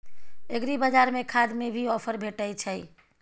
एग्रीबाजार में खाद में भी ऑफर भेटय छैय?